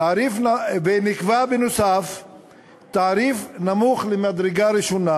ונקבע בנוסף תעריף נמוך למדרגה ראשונה,